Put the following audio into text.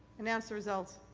announce the result.